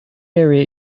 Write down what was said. area